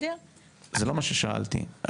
זה לא מה ששאלתי.